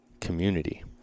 community